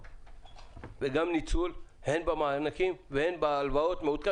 וגם של ניצול הן במענקים והן בהלוואות.